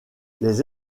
les